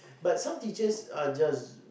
but some teachers are just